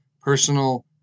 personal